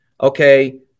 Okay